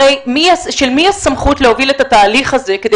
הרי של מי הסמכות להוביל את התהליך הזה כדי